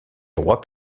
droit